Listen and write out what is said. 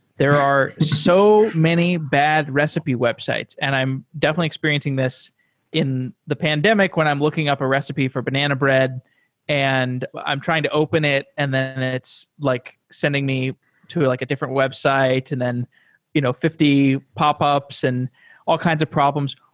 there are so many bad recipe websites and i'm definitely experiencing this in the pandemic when i'm looking up a recipe for banana bread and i'm trying to open it and then it's like sending me to like a different website and then you know fifty popups and all kinds of problems.